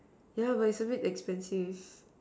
yeah but it's a bit expensive